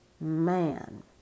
man